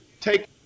take